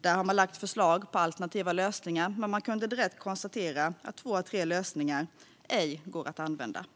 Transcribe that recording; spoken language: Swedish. Där har man lagt fram förslag till alternativa lösningar, men man kunde direkt konstatera att två av tre lösningar ej går att använda.